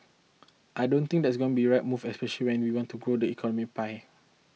I don't think that's going to be right move especial when we want to grow the economic pie